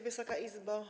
Wysoka Izbo!